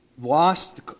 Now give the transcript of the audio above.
lost